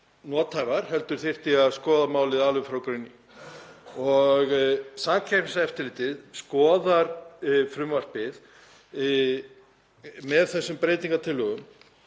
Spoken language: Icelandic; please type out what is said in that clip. nothæfar heldur þyrfti að skoða málið alveg frá grunni. Samkeppniseftirlitið skoðar frumvarpið með þessum breytingartillögum